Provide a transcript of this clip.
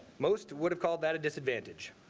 most would have called that a disadvantage.